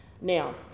Now